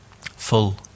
Full